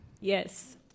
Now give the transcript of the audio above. Yes